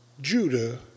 Judah